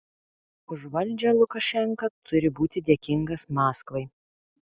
už valdžią lukašenka turi būti dėkingas maskvai